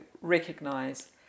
recognize